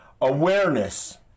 Awareness